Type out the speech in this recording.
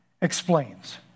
explains